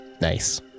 Nice